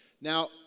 Now